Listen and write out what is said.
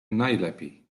najlepiej